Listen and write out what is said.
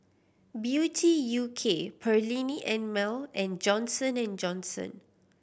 Beauty U K Perllini and Mel and Johnson and Johnson